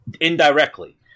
indirectly